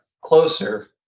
closer